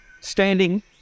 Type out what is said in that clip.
Standing